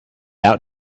out